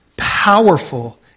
powerful